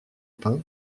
pain